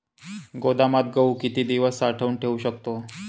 गोदामात गहू किती दिवस साठवून ठेवू शकतो?